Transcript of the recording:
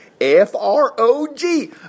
F-R-O-G